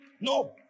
No